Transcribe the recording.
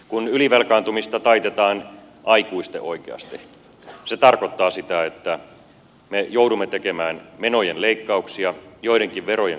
kun ylivelkaantumista taitetaan aikuisten oikeasti se tarkoittaa sitä että me joudumme tekemään menojen leikkauksia joidenkin verojen korotuksia